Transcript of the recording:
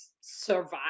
survive